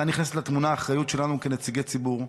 כאן נכנסת לתמונה האחריות שלנו כנציגי ציבור.